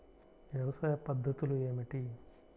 వ్యవసాయ పద్ధతులు ఏమిటి?